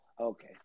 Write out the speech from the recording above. Okay